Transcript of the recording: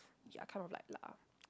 ya I kind of like lah